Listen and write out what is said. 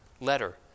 letter